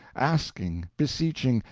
asking, beseeching,